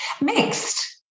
Mixed